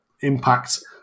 impact